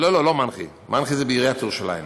לא, מנח"י זה בעיריית בירושלים.